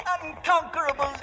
Unconquerable